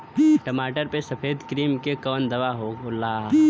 टमाटर पे सफेद क्रीमी के कवन दवा होला?